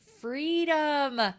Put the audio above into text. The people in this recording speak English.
freedom